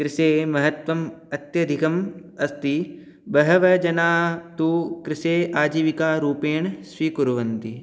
कृषेः महत्त्वम् अत्यधिकम् अस्ति बहवः जनाः तु कृषिः आजीविकारूपेण स्वीकुर्वन्ति